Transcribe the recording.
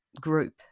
group